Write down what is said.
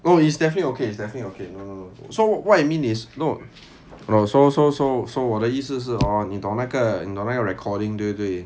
no it's definitely okay it's okay so what I mean is no so so so so 我的意思是 hor 你懂那个你懂那个 recording 对不对